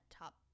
top